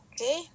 Okay